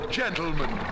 gentlemen